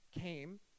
came